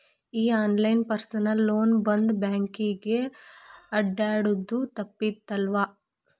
ಈ online personal loan ಬಂದ್ ಬ್ಯಾಂಕಿಗೆ ಅಡ್ಡ್ಯಾಡುದ ತಪ್ಪಿತವ್ವಾ